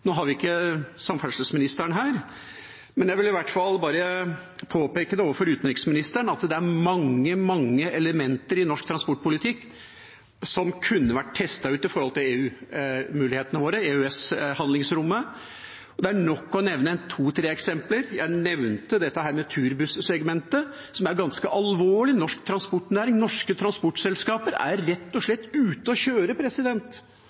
Nå har vi ikke samferdselsministeren her, men jeg vil i hvert fall påpeke overfor utenriksministeren at det er mange, mange elementer i norsk transportpolitikk som kunne vært testet ut når det gjelder mulighetene våre, EØS-handlingsrommet. Det er nok å nevne to–tre eksempler. Jeg nevnte turbuss-segmentet og noe som er ganske alvorlig. Norsk transportnæring og norske transportselskap er rett og